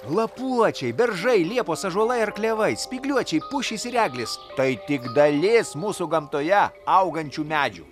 lapuočiai beržai liepos ąžuolai ar klevai spygliuočiai pušys ir eglės tai tik dalis mūsų gamtoje augančių medžių